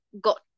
got